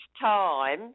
time